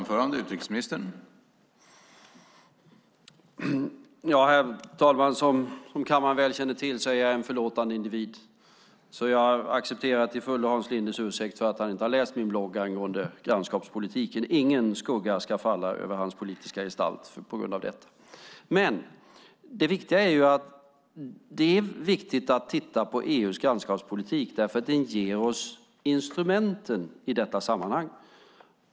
Herr talman! Som kammaren väl känner till är jag en förlåtande individ. Jag accepterar därför till fullo Hans Linde ursäkt för att han inte har läst min blogg angående grannskapspolitiken. Ingen skugga ska falla över hans politiska gestalt på grund av detta. Men det viktiga är att titta på EU:s grannskapspolitik, därför att den ger oss instrumenten i detta sammanhang.